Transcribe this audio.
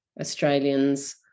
Australians